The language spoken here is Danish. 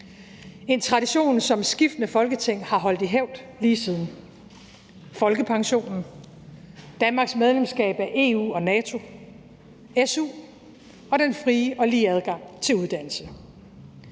en tradition, som skiftende Folketing har holdt i hævd lige siden. Folkepensionen, Danmarks medlemskab af EU og NATO, su og den frie og lige adgang til uddannelse